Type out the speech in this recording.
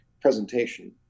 presentation